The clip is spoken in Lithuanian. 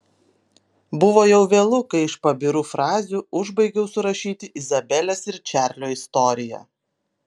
buvo jau vėlu kai iš pabirų frazių užbaigiau surašyti izabelės ir čarlio istoriją